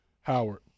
Howard